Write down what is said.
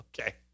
Okay